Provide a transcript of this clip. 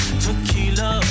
tequila